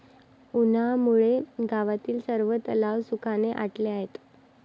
उन्हामुळे गावातील सर्व तलाव सुखाने आटले आहेत